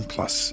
Plus